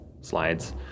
slides